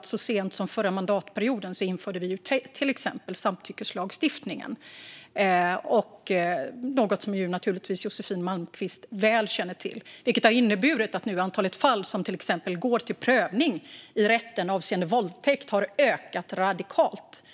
Så sent som förra mandatperioden införde vi ju till exempel samtyckeslagstiftningen, något som Josefin Malmqvist naturligtvis väl känner till, vilket har inneburit att antalet fall som går till prövning i rätten avseende våldtäkt har ökat radikalt.